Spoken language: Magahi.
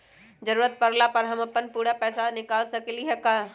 जरूरत परला पर हम अपन पूरा पैसा निकाल सकली ह का?